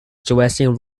dressing